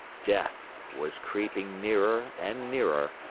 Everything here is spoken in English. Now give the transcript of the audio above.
death was creeping nearer and nearer,